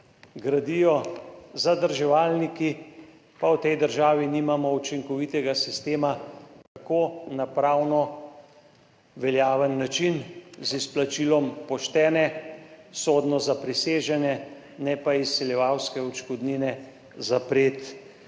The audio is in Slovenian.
gradijo zadrževalniki, pa v tej državi nimamo učinkovitega sistema, kako na pravno veljaven način, z izplačilom poštene, sodno zaprisežene, ne pa izsiljevalske, odškodnine zapreti zgodbo.